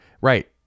Right